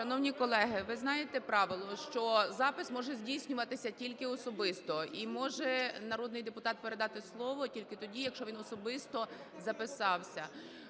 Шановні колеги, ви знаєте правило, що запис може здійснюватися тільки особисто, і може народний депутат передати слово тільки тоді, якщо він особисто записався.